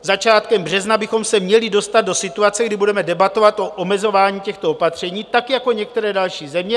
Začátkem března bychom se měli dostat do situace, kdy budeme debatovat o omezování těchto opatření tak jako některé další země.